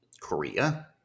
Korea